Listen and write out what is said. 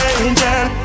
angel